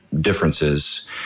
differences